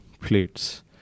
plates